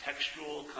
Textual